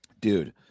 dude